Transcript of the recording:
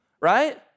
right